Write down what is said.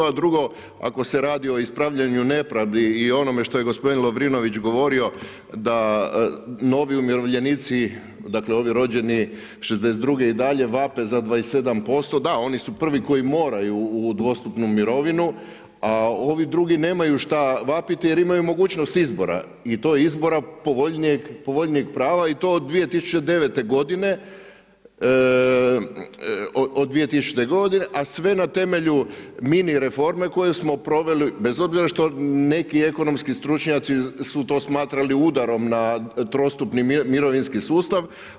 A drugo, ako se radi o ispravljanju nepravdi i onome što je gospodin Lovrinović govorio da novi umirovljenici dakle ovi rođeni '62. i dalje vape za 27%, da oni su prvi koji moraju u dvostupnu mirovinu, a ovi drugi nemaju šta vapiti jer imaju mogućnost izbora i to izbora povoljnijeg prava i to od 2000. godine, a sve na temelju minireforme koju smo proveli, bez obzira što neki ekonomski stručnjaci su to smatrali udarom na trostupni mirovinski sustav.